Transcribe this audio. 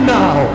now